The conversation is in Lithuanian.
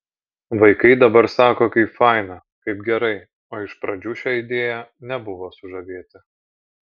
vaikai dabar sako kaip faina kaip gerai o iš pradžių šia idėja nebuvo sužavėti